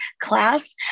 class